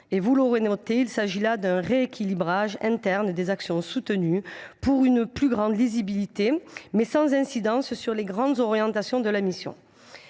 ces mouvements traduisent un rééquilibrage interne des actions soutenues, gage d’une plus grande lisibilité, mais sans incidence sur les grandes orientations de la mission.